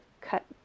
cut